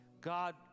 God